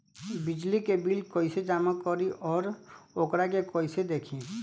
बिजली के बिल कइसे जमा करी और वोकरा के कइसे देखी?